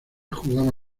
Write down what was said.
jugaba